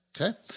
okay